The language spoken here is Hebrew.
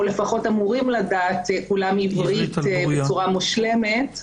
לפחות אמורים לדעת כולם עברית בצורה מושלמת,